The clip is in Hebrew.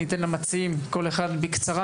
אני אתן למציעים כל אחד בקצרה.